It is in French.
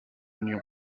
union